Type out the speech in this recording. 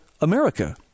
America